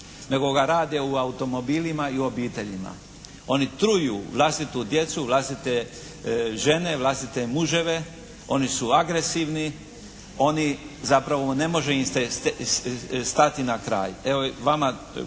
nego ga rade u automobilima i u obiteljima. Oni truju vlastitu djecu, vlastite žene, vlastite muževe. Oni su agresivni. Oni, zapravo ne može im se stati na kraj. Evo vama,